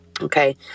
Okay